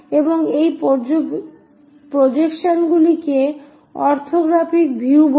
এবং এই প্রজেকশনগুলিকে অরথোগ্রাফিক ভিউ বলে